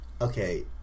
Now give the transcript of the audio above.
Okay